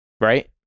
Right